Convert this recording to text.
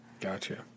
Gotcha